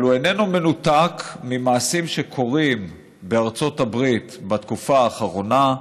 אבל הוא איננו מנותק ממעשים שקורים בארצות הברית בתקופה האחרונה,